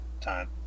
time